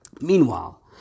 Meanwhile